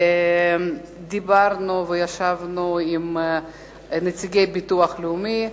דיברנו וישבנו עם נציגי הביטוח הלאומי,